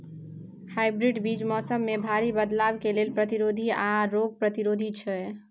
hybrid बीज मौसम में भारी बदलाव के लेल प्रतिरोधी आर रोग प्रतिरोधी छै